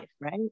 right